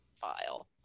file